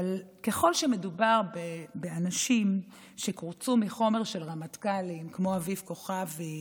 אבל ככל שמדובר באנשים שקורצו מחומר של רמטכ"לים כמו אביב כוכבי,